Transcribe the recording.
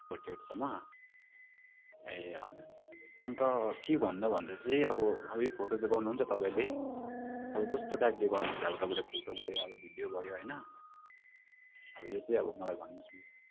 forty एटसम्म ए हजुर अन्त के भन्नुभन्दा चाहिँ अब अब यो फोटो चाहिँ गर्नुहुन्छ तपाईँले अब कस्तो टाइपले गर्नुहुन्छ अब तपाईँले फोटो भयो अब भिडियो भयो होइन अब यो चाहिँ अब मलाई भन्नुहोस् न